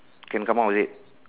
can come out is it